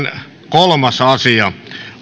kolmas asia